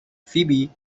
فیبی